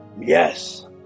Yes